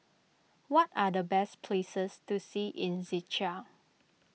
what are the best places to see in Czechia